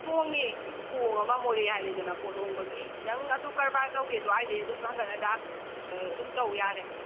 ꯍꯣꯡꯉꯦ ꯏꯁ ꯈꯨꯍꯣꯡ ꯑꯃ ꯃꯣꯔꯦ ꯍꯥꯏꯔꯦꯗꯅ ꯄꯣꯠ ꯍꯣꯡꯕꯒꯤ ꯅꯪ ꯑꯗꯨ ꯀꯔꯕꯥꯔ ꯇꯧꯒꯦꯁꯨ ꯁ꯭ꯋꯥꯏꯗꯩ ꯅꯪ ꯍꯟꯒꯠ ꯍꯟꯗ ꯑꯗꯨꯝ ꯇꯧ ꯌꯥꯔꯦ